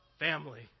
family